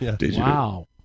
Wow